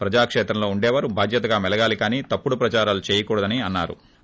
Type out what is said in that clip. ప్రజా క్షేత్రంలో ఉండేవారు బాధ్యతగా మెలగాలి కానీ తప్పుడు ప్రచారాలు చేయకూడదని అన్నా రు